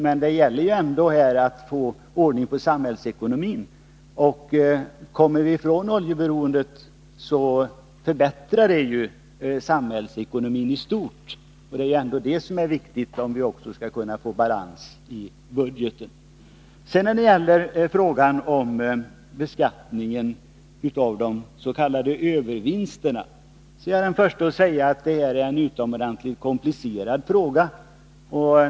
Men det gäller ändå att få ordning på samhällsekonomin, och kommer vi bort från oljeberoendet förbättrar det samhällsekonomin i stort, och det är det som är viktigt, om vi skall kunna få balans i budgeten. När det sedan gäller frågan om beskattning av de s.k. övervinsterna är jag den förste att säga att det är en utomordentligt komplicerad fråga.